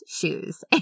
Shoes